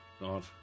God